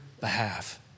behalf